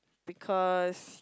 because